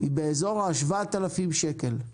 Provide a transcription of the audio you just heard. היא באזור ה-7,000 שקל.